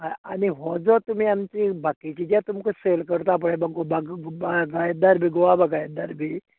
आनी हो जो तुमी आमची बाकीचे जे तुमकां सेल करता पळय ते बागायतदार गोवा बागायतदार बी